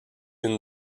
une